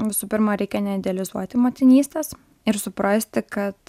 visų pirma reikia neidealizuoti motinystės ir suprasti kad